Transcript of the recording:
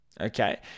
okay